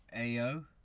AO